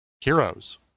heroes